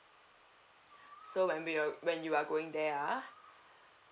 so when we were when you are going there ah